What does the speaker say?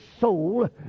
soul